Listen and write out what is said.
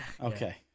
Okay